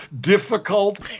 difficult